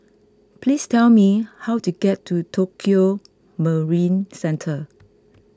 please tell me how to get to Tokio Marine Centre